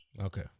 Okay